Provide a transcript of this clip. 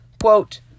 Quote